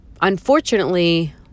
unfortunately